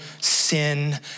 sin